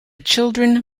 children